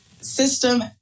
system